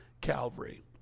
Calvary